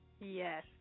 Yes